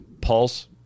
pulse